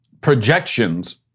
projections